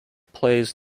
plays